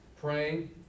praying